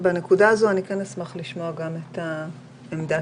בנקודה הזו אשמח לשמוע את עמדת